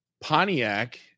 pontiac